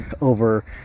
over